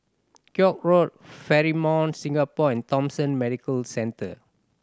Koek Road Fairmont Singapore and Thomson Medical Centre